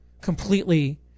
completely